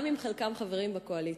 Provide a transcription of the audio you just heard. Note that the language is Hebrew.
גם אם חלקם חברים בקואליציה,